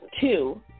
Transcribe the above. two